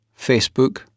Facebook